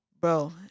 Bro